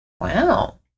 Wow